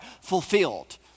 fulfilled